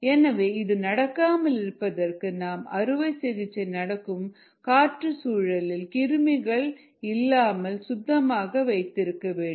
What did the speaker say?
எனவே இது நடக்காமல் இருப்பதற்கு நாம் அறுவை சிகிச்சை நடக்கும் சுற்றுச்சூழல் கிருமிகள் இல்லாமல்சுத்தமாக வைத்திருக்க வேண்டும்